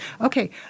Okay